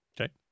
Okay